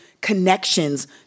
connections